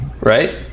Right